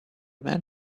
men